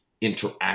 interact